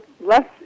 less